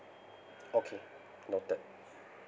okay noted